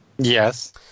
Yes